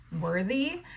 worthy